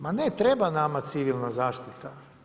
Ma ne, treba nama civilna zaštita.